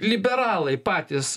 liberalai patys